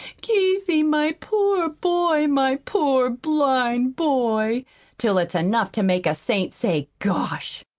keithie, my poor boy, my poor blind boy till it's enough to make a saint say, gosh!